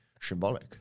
symbolic